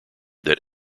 that